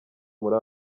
muri